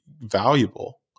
Valuable